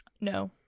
No